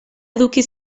eduki